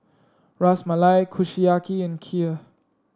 Ras Malai Kushiyaki and Kheer